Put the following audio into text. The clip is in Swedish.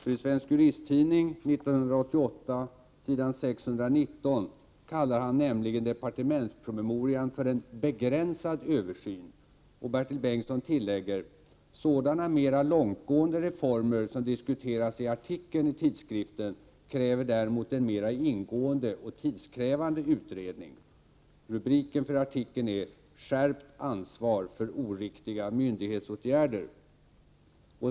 I Svensk Juristtidning 1988 s. 619 kallar han nämligen departementspromemorian för ”en begränsad översyn”. Han tillägger: ”Sådana mera långtgående reformer som här” — dvs. i artikeln i tidskriften — ”diskuteras kräver däremot en mera ingående och tidskrävande utredning.” Artikeln är rubricerad ”Skärpt ansvar för oriktiga myndighetsåtgärder?”.